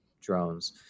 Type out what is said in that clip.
drones